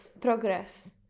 progress